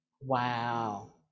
Wow